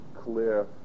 clear